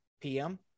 PM